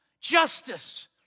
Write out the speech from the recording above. justice